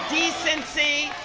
decency.